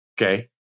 Okay